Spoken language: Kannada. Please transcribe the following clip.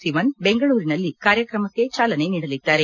ಸಿವನ್ ಬೆಂಗಳೂರಿನಲ್ಲಿ ಕಾರ್ಯಕ್ರಮಕ್ಕೆ ಚಾಲನೆ ನೀಡಲಿದ್ದಾರೆ